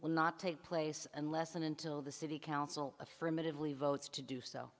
will not take place unless and until the city council affirmatively votes to do so